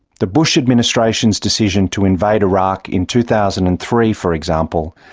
the bush administration's decision to invade iraq in two thousand and three, for example,